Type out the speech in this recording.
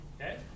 Okay